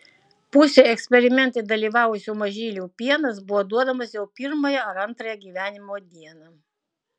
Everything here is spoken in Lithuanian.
pusei eksperimente dalyvavusių mažylių pienas buvo duodamas jau pirmąją ar antrąją gyvenimo dieną